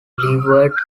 leeward